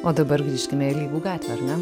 o dabar grįžkime į alyvų gatvę ar ne